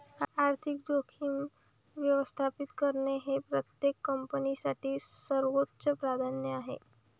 आर्थिक जोखीम व्यवस्थापित करणे हे प्रत्येक कंपनीसाठी सर्वोच्च प्राधान्य आहे